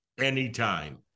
anytime